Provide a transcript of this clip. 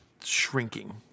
shrinking